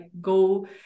go